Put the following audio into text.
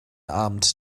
abend